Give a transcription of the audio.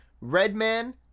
Redman